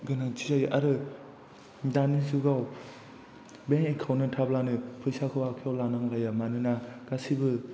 गोनांथि जायो आरो दानि जुगाव बेंक एकाउन्ट आ थाब्लानो फैसाखौ आखाइयाव लानांलाया मानोना गासैबो